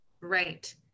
Right